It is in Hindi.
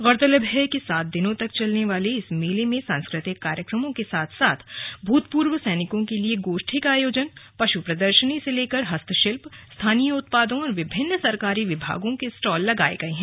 गौरतलब है कि सात दिनों तक चलने वाले इस मेले में सांस्कृतिक कार्यक्रमों के साथ साथ भूतपूर्व सैनिक के लिए गोष्ठी का आयोजन पशु प्रदर्शनी से लेकर हस्तशिल्प स्थानीय उत्पादों और विभिन्न सरकारी विभागों के स्टॉल लगाए गए हैं